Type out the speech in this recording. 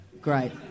great